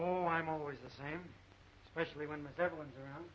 know i'm always the same especially when they're the ones around